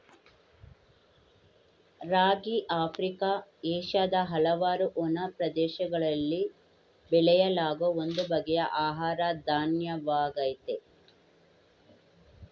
ರಾಗಿ Africa ಮತ್ತು ಏಷ್ಯಾದ ಹಲವಾರು ಒಣ ಪ್ರದೇಶಗಳಲ್ಲಿ ಬೆಳೆಯಲಾಗೋ ಒಂದು ಬಗೆಯ ಆಹಾರ ಧಾನ್ಯವಾಗಯ್ತೆ